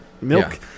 milk